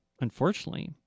Unfortunately